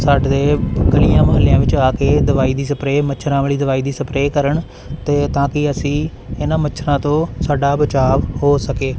ਸਾਡੇ ਗਲੀਆਂ ਮੁਹੱਲਿਆਂ ਵਿੱਚ ਆ ਕੇ ਦਵਾਈ ਦੀ ਸਪਰੇਅ ਮੱਛਰਾਂ ਵਾਲੀ ਦਵਾਈ ਦੀ ਸਪਰੇਅ ਕਰਨ ਅਤੇ ਤਾਂ ਕਿ ਅਸੀਂ ਇਹਨਾਂ ਮੱਛਰਾਂ ਤੋਂ ਸਾਡਾ ਬਚਾਵ ਹੋ ਸਕੇ